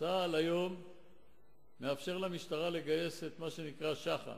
צה"ל היום מאפשר למשטרה לגייס את מה שנקרא שח"ם: